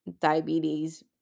diabetes